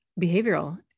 behavioral